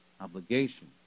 obligation